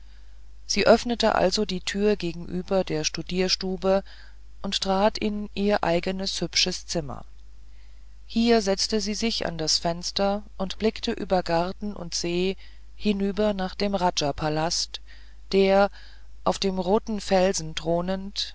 sie öffnete also die tür gegenüber der studierstube und trat in ihr eigenes hübsches zimmer hier setzte sie sich an das fenster und blickte über garten und see hinüber nach dem rajapalast der auf dem roten felsen